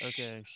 Okay